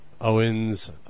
Owen's